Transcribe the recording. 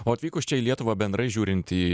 o atvykus čia į lietuvą bendrai žiūrint į